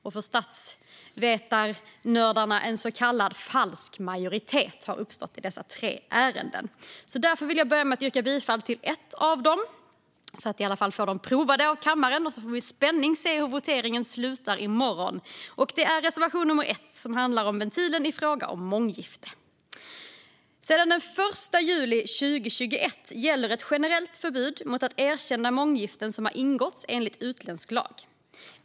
Till statsvetarnördarna kan jag säga att en så kallad falsk majoritet har uppstått i dessa tre ärenden. Därför vill jag börja med att yrka bifall i fråga om ett av dem för att få dem prövade av kammaren. Sedan får vi med spänning se hur voteringen slutar i morgon. Och det är reservation 1 som jag yrkar bifall till, som handlar om ventilen i fråga om månggifte. Sedan den 1 juli 2021 gäller ett generellt förbud mot att erkänna månggiften som har ingåtts enligt utländsk lag.